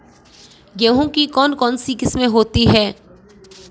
गेहूँ की कौन कौनसी किस्में होती है?